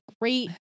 great